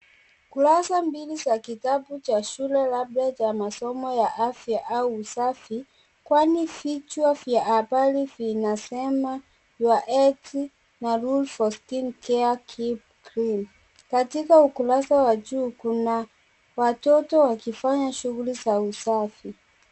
Kurasa mbili za kitabu cha shule labda cha masomo ya afya au usafi kwani vichwa vya habari vinasema (CS)your head na rules for skin care, keep clean (CS). Katika ukurasa ya juu kuna watoto wakifanya shughuli za usafi.